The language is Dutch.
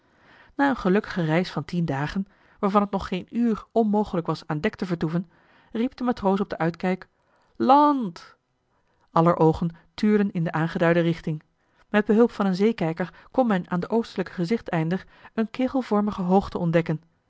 na eene gelukkige reis van tien dagen waarvan het nog geen uur onmogelijk was aan dek te vertoeven riep de matroos op den uitkijk land aller oogen tuurden in de aangeduide richting met behulp van een zeekijker kon men aan den oostelijken gezichteinder eene kegelvormige hoogte ontdekken